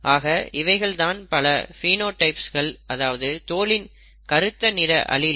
ஆக இவைகள் தான் பல பினோடைப்கள் அதாவது தோலின் கருத்த நிற அலீல்கள்